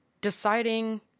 deciding